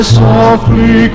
softly